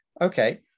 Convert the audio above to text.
Okay